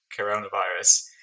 coronavirus